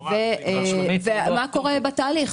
מה קורה בתהליך?